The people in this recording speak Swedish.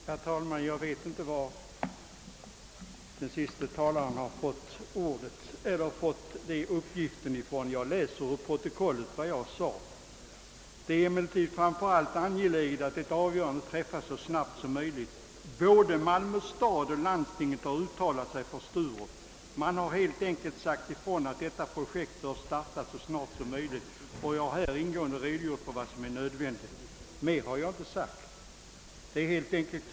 Herr talman! Jag vet inte varifrån den senaste talaren fått sin uppfattning om vad jag sade förra veckan. Jag vill citera ur protokollet vad jag då yttrade: »Det är emellertid framför allt angeläget att ett avgörande träffas så snabbt som möjligt. Både Malmö stad och landstinget har uttalat sig för Sturup; man har helt enkelt sagt ifrån att detta projekt bör startas så snart som möjligt, och jag har här ingående redogjort för vad som är den nödvändiga lösningen för Malmö stads vidkommande.» Mer har jag inte sagt.